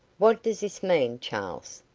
what does this mean, charles?